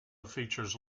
features